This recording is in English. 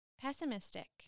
Pessimistic